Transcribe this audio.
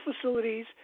facilities